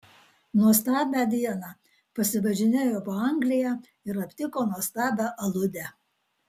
nuostabią dieną pasivažinėjo po angliją ir aptiko nuostabią aludę